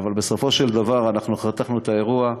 אבל בסופו של דבר אנחנו חתכנו את האירוע,